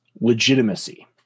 legitimacy